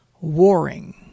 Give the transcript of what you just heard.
warring